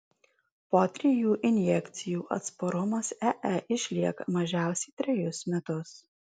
po trijų injekcijų atsparumas ee išlieka mažiausiai trejus metus